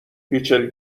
ریچل